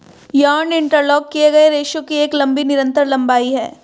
yarn interlock किए गए रेशों की एक लंबी निरंतर लंबाई है